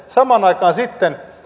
samaan aikaan sitten